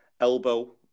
Elbow